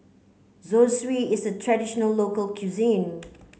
Zosui is a traditional local cuisine